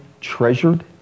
treasured